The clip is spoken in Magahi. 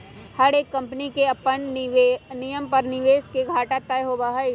हर एक कम्पनी के अपन नियम पर निवेश के घाटा तय होबा हई